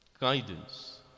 Guidance